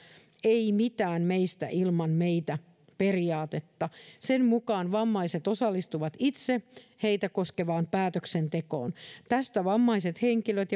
ei mitään meistä ilman meitä periaatetta sen mukaan vammaiset osallistuvat itse heitä koskevaan päätöksentekoon tästä vammaiset henkilöt